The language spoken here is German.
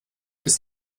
ist